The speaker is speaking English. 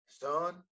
son